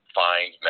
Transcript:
find